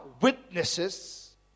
witnesses